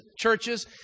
churches